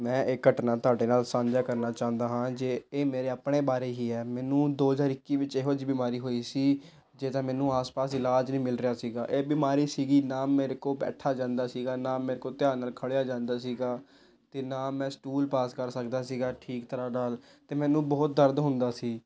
ਮੈਂ ਇਹ ਘਟਨਾ ਤੁਹਾਡੇ ਨਾਲ ਸਾਂਝਾ ਕਰਨਾ ਚਾਹੰਦਾ ਹਾਂ ਜੇ ਇਹ ਮੇਰੇ ਆਪਣੇ ਬਾਰੇ ਹੀ ਹੈ ਮੈਨੂੰ ਦੋ ਹਜ਼ਾਰ ਇੱਕੀ ਵਿੱਚ ਇਹੋ ਜਿਹੀ ਬਿਮਾਰੀ ਹੋਈ ਸੀ ਜਿਹਦਾ ਮੈਨੂੰ ਆਸ ਪਾਸ ਇਲਾਜ ਨਹੀਂ ਮਿਲ ਰਿਹਾ ਸੀਗਾ ਇਹ ਬਿਮਾਰੀ ਸੀਗੀ ਨਾ ਮੇਰੇ ਕੋਲ ਬੈਠਾ ਜਾਂਦਾ ਸੀਗਾ ਨਾ ਮੇਰੇ ਕੋਲ ਧਿਆਨ ਨਾਲ ਖੜਿਆ ਜਾਂਦਾ ਸੀਗਾ ਅਤੇ ਨਾ ਮੈਂ ਸਟੂਲ ਪਾਸ ਕਰ ਸਕਦਾ ਸੀਗਾ ਠੀਕ ਤਰ੍ਹਾਂ ਨਾਲ ਅਤੇ ਮੈਨੂੰ ਬਹੁਤ ਦਰਦ ਹੁੰਦਾ ਸੀ